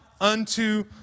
unto